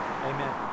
Amen